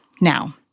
now